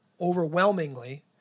overwhelmingly